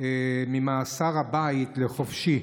ממאסר הבית לחופשי.